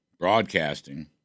broadcasting